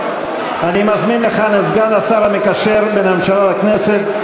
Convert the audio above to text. אני מזמין לכאן את סגן השר המקשר בין הממשלה לכנסת,